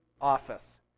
office